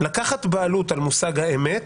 לקחת בעלות על מושג האמת